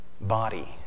body